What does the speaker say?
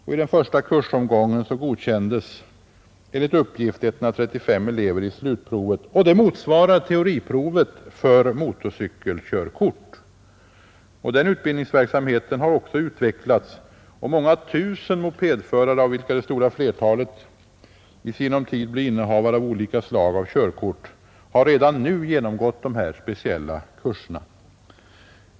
I den första kursomgången godkändes enligt uppgift 135 elever i slutprovet, som motsvarar det teoretiska provet för motorcykelkörkort. Den utbildningsverksamheten har också utvecklats, och många tusen mopedförare, av vilka det stora flertalet i sinom tid blir innehavare av olika slags körkort, har redan nu genomgått dessa speciella kurser.